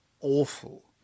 awful